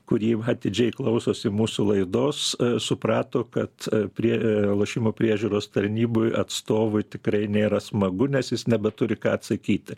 kurį atidžiai klausosi mūsų laidos suprato kad prie lošimų priežiūros tarnyboj atstovui tikrai nėra smagu nes jis nebeturi ką atsakyti